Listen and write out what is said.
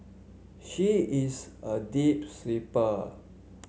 she is a deep sleeper